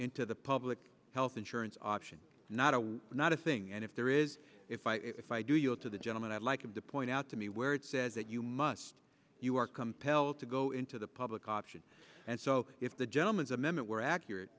into the public health insurance option not a not a thing and if there is if i if i do you go to the gentleman i'd like him to point out to me where it says that you must you are compelled to go into the public option and so if the germans a minute were accurate